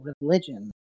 religion